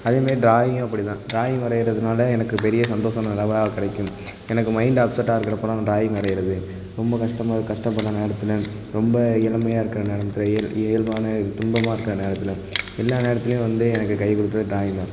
அதேமாரி ட்ராயிங்கும் அப்படி தான் ட்ராயிங் வரையிறதனால எனக்கு பெரிய சந்தோஷம் கிடைக்கும் எனக்கு மைண்ட் அப்சட்டாக இருக்கிறப்பெல்லாம் அந்த ட்ராயிங் வரையிறது ரொம்ப கஷ்டமாக கஷ்டப்படுற நேரத்தில் ரொம்ப இளமையாக இருக்கிற நேரத்தில் இயல் இயல்பான துன்பமாக இருக்கிற நேரத்தில் எல்லா நேரத்திலையும் வந்து எனக்கு கை கொடுத்தது ட்ராயிங் தான்